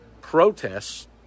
protests